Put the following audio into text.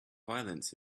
violence